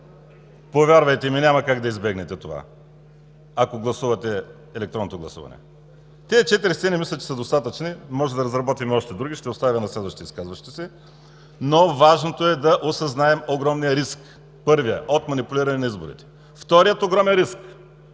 Повярвайте ми, няма как да избегнете това, ако гласувате за електронното гласуване. Тези четири сцени, мисля, че са достатъчни. Можем да разработим и още други, ще го оставя на следващите изказващи се. Но важното е осъзнаем огромния риск – първият е от манипулиране на изборите. Вторият е от